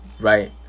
Right